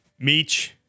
Meach